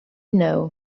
knew